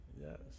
Yes